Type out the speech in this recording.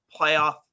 playoff